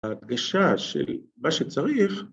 ‫הדגשה של מה שצריך...